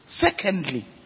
Secondly